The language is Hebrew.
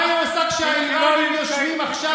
מה היא עושה כשהאיראנים יושבים עכשיו